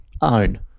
Own